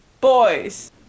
Boys